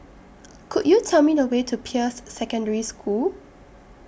Could YOU Tell Me The Way to Peirce Secondary School